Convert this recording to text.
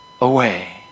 away